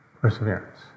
Perseverance